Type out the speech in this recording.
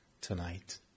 tonight